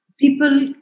People